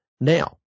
Now